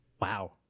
Wow